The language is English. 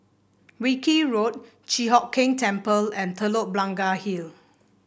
Wilkie Road Chi Hock Keng Temple and Telok Blangah Hill